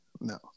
No